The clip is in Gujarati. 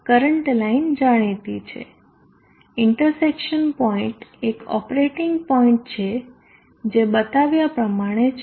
કરંટ લાઈન જાણીતી છે ઇન્ટરસેક્શન પોઈન્ટ એક ઓપરેટિંગ પોઇન્ટ છે જે બતાવ્યા પ્રમાણે છે